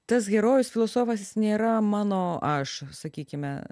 tas herojus filosofas jis nėra mano aš sakykime